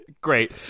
Great